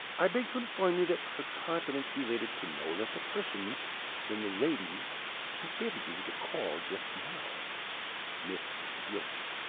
i beg to inform you that her confidence related to no less a person than the lady who favored you with a call just now miss gwilt.